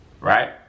Right